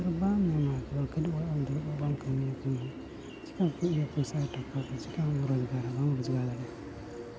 ᱟᱨ ᱵᱟᱢ ᱧᱟᱢᱟ ᱠᱷᱟᱹᱞᱤ ᱚᱲᱟᱜ ᱨᱮᱢ ᱫᱩᱲᱩᱵᱼᱟ ᱵᱟᱢ ᱠᱟᱹᱢᱤᱭᱟ ᱠᱟᱹᱢᱤ ᱪᱤᱠᱟᱹ ᱯᱚᱭᱥᱟ ᱴᱟᱠᱟ ᱠᱚ ᱪᱤᱠᱟᱹᱢ ᱨᱳᱡᱽᱜᱟᱨᱟ ᱵᱟᱢ ᱨᱳᱡᱽᱜᱟᱨᱟ ᱫᱟᱲᱮᱭᱟᱜᱼᱟ